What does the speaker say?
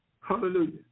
Hallelujah